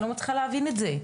אני לא מצליחה להבין את זה.